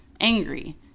angry